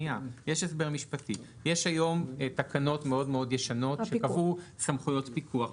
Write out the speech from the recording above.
יש היום תקנות מאוד מאוד ישנות שקבעו סמכויות פיקוח.